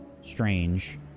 strange